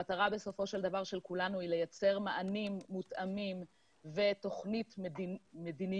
המטרה בסופו של דבר של כולנו היא לייצר מענים מותאמים ותוכנית מדיניות